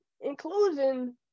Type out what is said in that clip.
inclusion